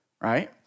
Right